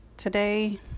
Today